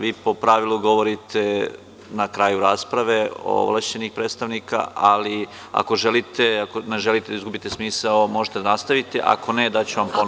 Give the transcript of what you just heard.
Vi po pravilu govorite na kraju rasprave ovlašćenih predstavnika, ali ako ne želite da izgubite smisao, možete nastaviti, ako ne, daću vam ponovo.